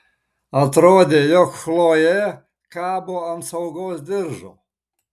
atrodė jog chlojė kabo ant saugos diržo